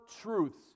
truths